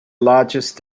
largest